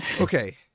Okay